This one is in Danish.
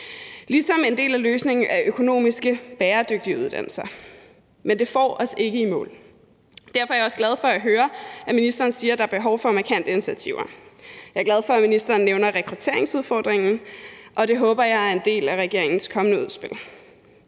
ligesom en del af løsningen er økonomisk bæredygtige uddannelser. Men det får os ikke i mål. Derfor er jeg også glad for at høre, at ministeren siger, at der er behov for markante initiativer. Jeg er glad for, at ministeren nævner rekrutteringsudfordringen, og det håber jeg er en del af regeringens kommende udspil.